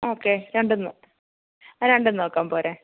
okay രണ്ടുനോ ആ രണ്ടുനോക്കാം പോരെ